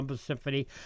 Symphony